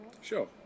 Sure